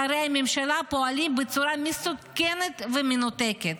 שרי ממשלה פועלים בצורה מסוכנת ומנותקת.